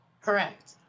Correct